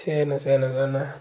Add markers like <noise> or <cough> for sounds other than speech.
சரிண்ண சரிண்ண <unintelligible>